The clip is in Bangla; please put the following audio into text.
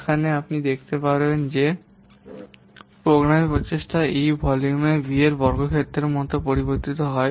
এখানে আপনি দেখতে পারেন যে প্রোগ্রামিং প্রচেষ্টা E ভলিউমের V এর বর্গক্ষেত্রের মত পরিবর্তিত হয়